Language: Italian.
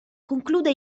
conclude